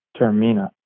Termina